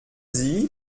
sie